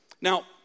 Now